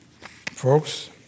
folks